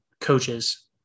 coaches